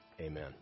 Amen